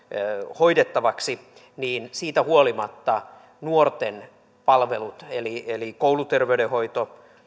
hoidettavaksi niin siitä huolimatta nuorten palvelut eli eli kouluterveydenhoito